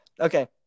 Okay